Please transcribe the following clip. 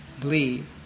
believe